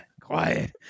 quiet